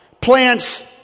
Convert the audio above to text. plants